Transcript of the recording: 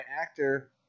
actor